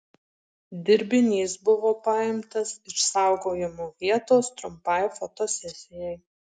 dirbinys buvo paimtas iš saugojimo vietos trumpai fotosesijai